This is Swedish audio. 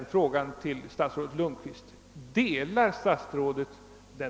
Jag frågar: Delar statsrådet Lundkvist den uppfattningen?